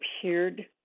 appeared